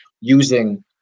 using